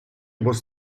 was